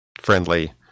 friendly